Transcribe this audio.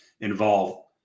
involve